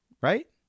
Right